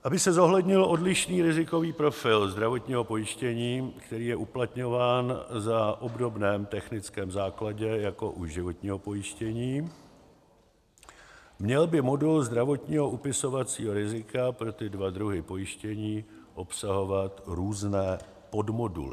Aby se zohlednil odlišný rizikový profil zdravotního pojištění, který je uplatňován na obdobném technickém základě jako u životního pojištění, měl by modul zdravotního upisovacího rizika pro tyto dva druhy pojištění obsahovat různé podmoduly.